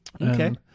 okay